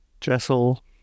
jessel